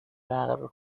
برقرار